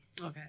Okay